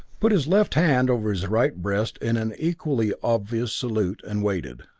put his left hand over his right breast in an equally obvious salute, and waited.